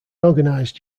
organized